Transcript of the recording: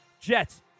Jets